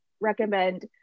recommend